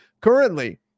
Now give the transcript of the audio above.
currently